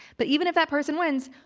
but even if that person wins,